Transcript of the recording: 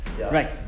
Right